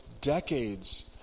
decades